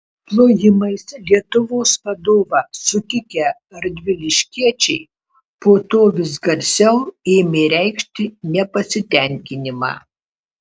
plojimais lietuvos vadovą sutikę radviliškiečiai po to vis garsiau ėmė reikšti nepasitenkinimą